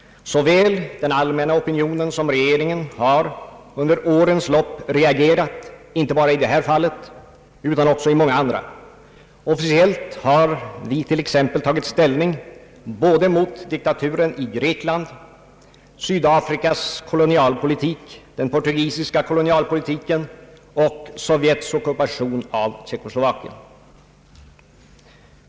Såväl den allmänna opinionen som regeringen har under årens lopp reagerat inte bara i dessa fall utan också i många andra. Officiellt har vi t.ex. tagit ställning mot både diktaturen i Grekland, Sydafrikas kolonialpolitik, den portugisiska kolonialpolitiken och Sovjets ockupation av Tjeckoslovakien.